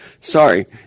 sorry